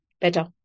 better